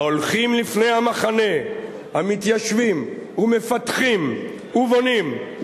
ההולכים לפני המחנה, המתיישבים ומפתחים ובונים.